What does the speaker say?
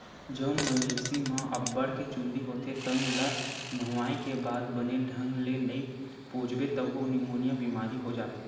जउन मवेशी म अब्बड़ के चूंदी होथे तउन ल नहुवाए के बाद बने ढंग ले नइ पोछबे तभो निमोनिया बेमारी हो जाथे